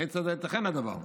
כיצד ייתכן הדבר?